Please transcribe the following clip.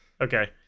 Okay